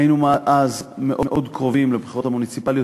היינו אז מאוד קרובים לבחירות המוניציפליות,